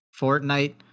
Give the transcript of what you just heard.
Fortnite